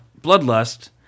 bloodlust